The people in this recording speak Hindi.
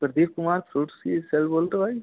प्रदीप कुमार बोलते हो भाई